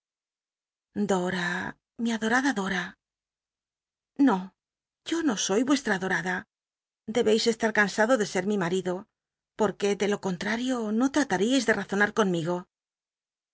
dora mi adorada dora no yo no soy yueslt'a adorada debeis esta r cansado de ser mi m ll'ido porque de lo con l a io no trataríais de razona conmigo